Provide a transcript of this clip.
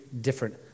different